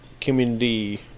community